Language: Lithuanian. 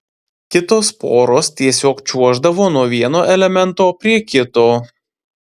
kitos poros tiesiog čiuoždavo nuo vieno elemento prie kito